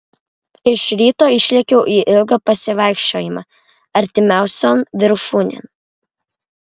iš ryto išlekiu į ilgą pasivaikščiojimą artimiausion viršūnėn